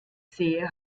sehe